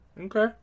Okay